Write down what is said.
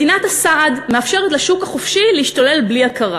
מדינת הסעד מאפשרת לשוק החופשי להשתולל בלי הכרה.